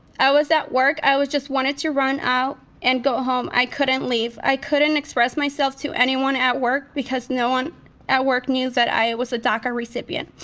i was at work, i just wanted to run out and go home. i couldn't leave, i couldn't express myself to anyone at work because no one at work knew that i was a daca recipient.